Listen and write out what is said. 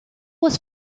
was